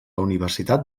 universitat